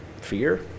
Fear